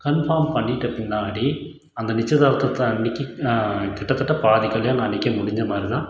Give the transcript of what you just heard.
confirm பண்ணிகிட்ட பின்னாடி அந்த நிச்சயதார்த்தத்து அன்னைக்கி கிட்டத்தட்ட பாதி கல்யாணம் அன்னைக்கே முடிஞ்ச மாதிரி தான்